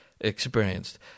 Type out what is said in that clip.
experienced